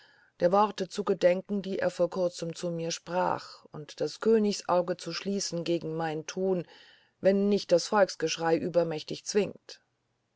der worte zu gedenken die er vor kurzem zu mir sprach und das königsauge zu schließen gegen mein tun wenn nicht das volksgeschrei übermächtig zwingt